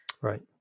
right